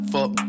Fuck